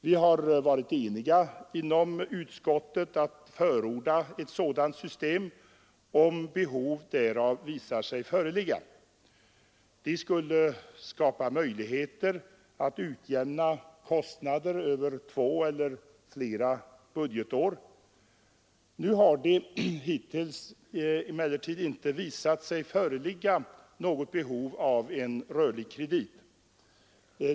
Vi har varit eniga inom utskottet att förorda ett sådant system om behov därav visar sig föreligga. Det skulle skapa möjligheter att utjämna kostnader över två eller flera budgetår. Nu har det hittills emellertid inte visat sig föreligga något behov av rörlig kredit.